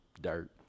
Dirt